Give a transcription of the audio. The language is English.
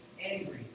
angry